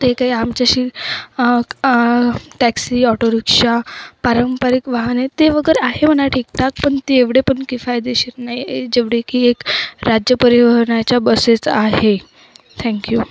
ते काही आमच्याशी टॅक्सी ऑटोरिक्षा पारंपरिक वाहने ते वगैरे आहे म्हणा ठीकठाक पण ते एवढे पण की फायदेशीर नाही आहे जेवढे की एक राज्य परिवहनाच्या बसेस आहे थँक्यू